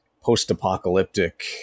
post-apocalyptic